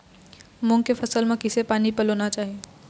मूंग के फसल म किसे पानी पलोना चाही?